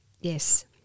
Yes